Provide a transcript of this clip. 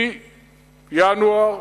מינואר,